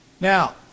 now